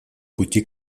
пути